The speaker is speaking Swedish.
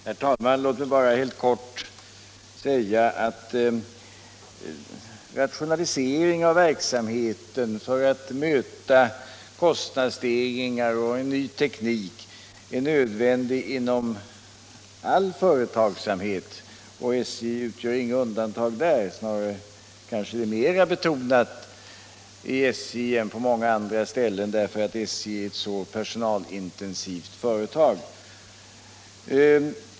Herr talman! Låt mig bara helt kort säga att rationalisering av verksamheten för att möta kostnadsstegringar och en ny teknik är nödvändig inom all företagsamhet. SJ utgör inget undantag, utan detta är kanske snarare mera betonat i SJ än på många andra ställen därför att SJ är ett så personalintensivt företag.